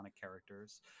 characters